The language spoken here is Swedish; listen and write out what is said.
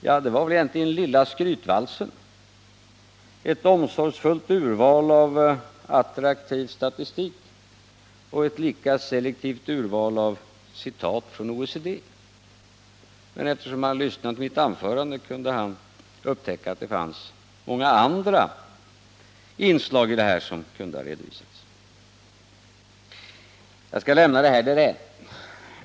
Ja, det var egentligen lilla skrytvalsen — ett omsorgsfullt urval av attraktiv statistik och ett lika selektivt urval av citat från OECD. Men eftersom han lyssnade på mitt anförande kunde han upptäcka att det finns många andra inslag i detta som kunde ha redovisats. Jag skall lämna detta därhän.